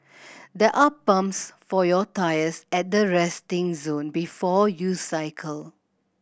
there are pumps for your tyres at the resting zone before you cycle